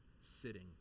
sitting